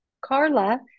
Carla